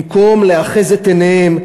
במקום לאחז את עיניהם,